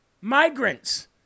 migrants